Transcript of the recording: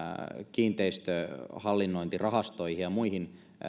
kiinteistöhallinnointirahastoihin ja muihin